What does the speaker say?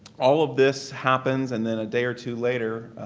all of this happens, and then a day or two later,